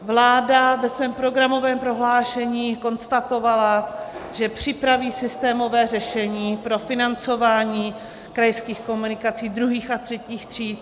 Vláda ve svém programovém prohlášení konstatovala, že připraví systémové řešení pro financování krajských komunikací druhých a třetích tříd.